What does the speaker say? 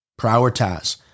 Prioritize